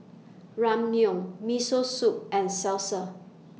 Ramyeon Miso Soup and Salsa